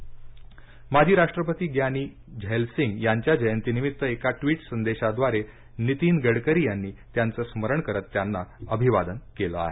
ग्यानी जैल सिंग माजी राष्ट्रपती ज्ञानी जैल सिंग यांच्या जयंती निमित्त एक ट्विट संदेशाद्वारे नितीन गडकरी यांनी त्यांचं स्मरण करत त्यांना अभिवादन केलं आहे